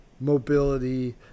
mobility